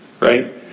right